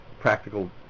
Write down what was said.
practical